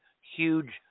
huge